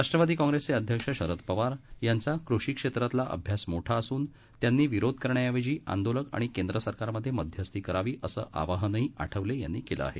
राष्ट्रवादी काँग्रेसचे अध्यक्ष शरद पवार यांचा कृषी क्षेत्रातला अभ्यास मोठा असून त्यांनी विरोध करण्याऐवजी आंदोलक आणि केंद्र सरकारमध्ये मध्यस्थी करावी असं आवाहनही आठवले यांनी केलं आहे